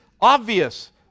obvious